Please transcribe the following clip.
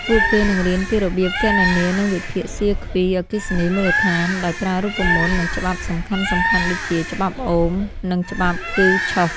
ពួកគេនឹងរៀនពីរបៀបគណនា និងវិភាគសៀគ្វីអគ្គិសនីមូលដ្ឋានដោយប្រើរូបមន្ត និងច្បាប់សំខាន់ៗដូចជា ច្បាប់អូម និងច្បាប់គឺឆហ្វ ។